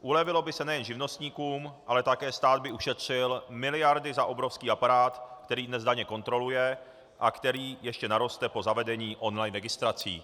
Ulevilo by se nejen živnostníkům, ale také stát by ušetřil miliardy za obrovský aparát, který dnes daně kontroluje a který ještě naroste po zavedení online registrací.